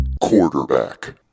Quarterback